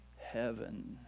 heaven